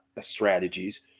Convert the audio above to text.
strategies